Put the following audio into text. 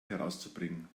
herauszubringen